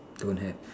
don't have